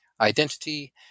identity